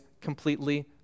completely